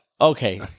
Okay